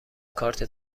کارت